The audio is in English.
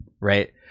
right